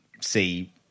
see